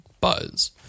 buzz